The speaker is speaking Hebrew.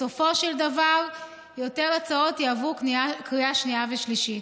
בסופו של דבר יותר הצעות יעברו בקריאה שנייה ושלישית.